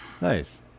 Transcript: Nice